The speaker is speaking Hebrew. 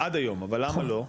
עד היום, אבל למה לא?